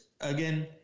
again